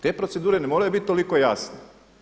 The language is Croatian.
Te procedure ne moraju biti toliko jasne.